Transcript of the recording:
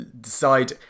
decide